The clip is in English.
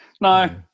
no